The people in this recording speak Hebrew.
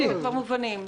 הם מובנים.